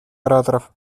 ораторов